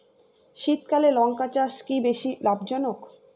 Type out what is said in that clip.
শীতকালে লঙ্কা চাষ কি বেশী লাভজনক?